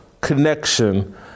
connection